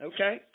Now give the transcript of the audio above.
Okay